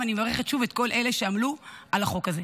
ואני מברכת שוב את כל אלה שעמלו על החוק הזה.